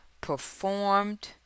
performed